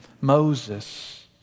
Moses